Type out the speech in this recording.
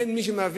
אין מי שמביא,